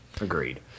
agreed